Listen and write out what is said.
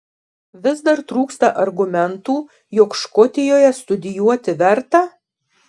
vis dar trūksta argumentų jog škotijoje studijuoti verta